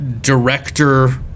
director